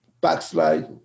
backslide